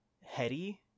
heady